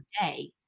day